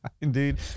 Indeed